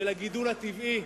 של הגידול הטבעי,